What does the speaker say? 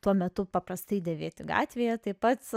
tuo metu paprastai dėvėti gatvėje taip pat